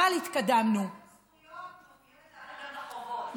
אבל התקדמנו, זכויות, גם בחובות.